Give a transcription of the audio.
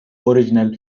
original